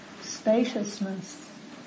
spaciousness